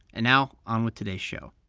and now on with today's show